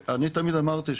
אני תמיד אמרתי,